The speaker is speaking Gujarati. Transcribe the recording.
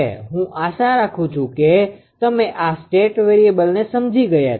હું આશા રાખું છું કે તમે આ સ્ટેટ વેરીએબલને સમજી ગયા છો